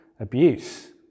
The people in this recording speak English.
abuse